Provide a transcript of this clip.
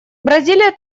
бразилия